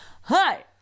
hi